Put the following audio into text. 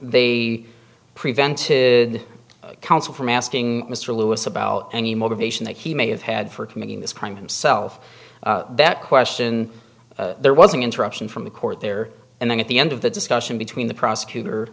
they prevented counsel from asking mr lewis about any motivation that he may have had for committing this crime himself that question there was an interruption from the court there and then at the end of the discussion between the prosecutor